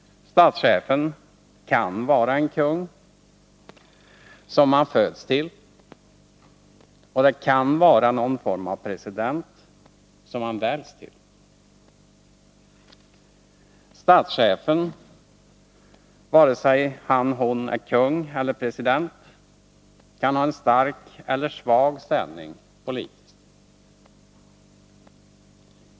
Statschefen kan vara en kung — en uppgift som man föds till — och det kan vara någon form av president — en uppgift som man väljs till. Statschefen, vare sig han/hon är kung eller president, kan ha en stark eller svag ställning politiskt.